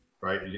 right